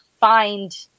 find